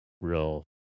real